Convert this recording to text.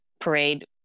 parade